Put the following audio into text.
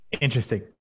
Interesting